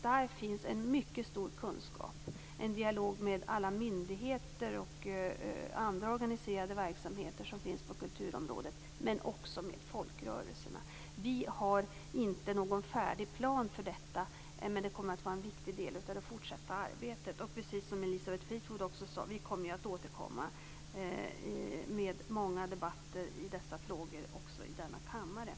Där finns en mycket stor kunskap. Vi kommer att föra en dialog med alla myndigheter och andra organiserade verksamheter som finns på kulturområdet men också med folkrörelserna. Vi har inte någon färdig plan för detta. Men det kommer att vara en viktig del av det fortsatta arbetet. Precis som Elisabeth Fleetwood sade kommer vi att återkomma med många debatter i dessa frågor också i denna kammare.